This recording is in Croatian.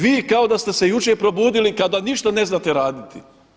Vi kao da ste se jučer probudili kao da ništa ne znate raditi.